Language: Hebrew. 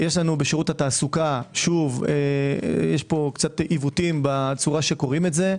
יש לנו בשירות התעסוקה - יש פה קצת עיוותים בצורה שקוראים את זה.